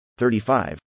35